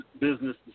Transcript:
business